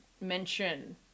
mention